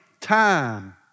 time